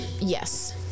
Yes